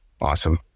Awesome